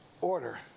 order